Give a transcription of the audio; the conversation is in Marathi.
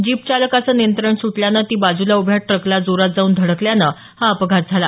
जीप चालकाचं नियंत्रण सुटल्यानं ती बाजुला उभ्या ट्रकला जोरात जाऊन धडकल्यानं हा अपघात झाला